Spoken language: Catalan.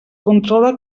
controla